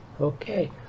Okay